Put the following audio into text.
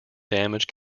damage